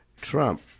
Trump